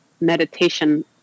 meditation